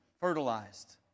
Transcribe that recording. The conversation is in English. fertilized